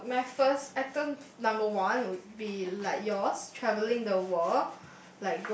well my first item number one would be like yours travelling the world